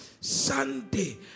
Sunday